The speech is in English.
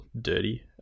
dirty